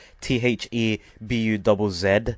t-h-e-b-u-double-z